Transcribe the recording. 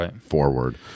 forward